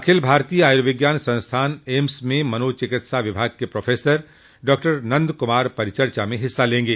अखिल भारतीय आयुर्विज्ञान संस्थान एम्स में मनोचिकित्सा विभाग के प्रोफेसर डॉक्टर नन्द कुमार परिचर्चा में हिस्सा लेंगे